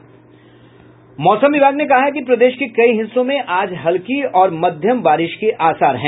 मौसम विभाग ने कहा है कि प्रदेश के कई हिस्सों में आज हल्की और मध्यम बारिश के आसार है